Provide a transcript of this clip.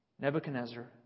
Nebuchadnezzar